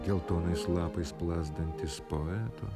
geltonais lapais plazdantis poeto